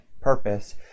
purpose